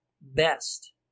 best